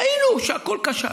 ראינו שהכול כשל,